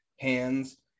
hands